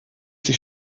sich